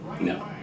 no